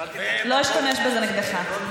לא אשתמש בזה נגדך.